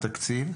התקציב,